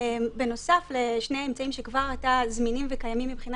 בנוסף לשני אמצעים שהם כבר זמינים וקיימים מבחינה